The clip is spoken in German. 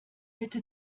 bitte